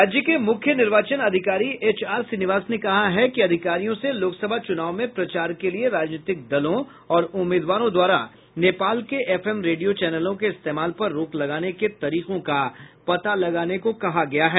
राज्य के मुख्य निर्वाचन अधिकारी एच आर श्रीनिवास ने कहा है कि अधिकारियों से लोकसभा चुनाव में प्रचार के लिए राजनीतिक दलों और उम्मीदवारों द्वारा नेपाल के एफएम रेडियो चैनलों के इस्तेमाल पर रोक लगाने के तरीकों का पता लगाने को कहा गया है